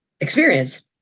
experience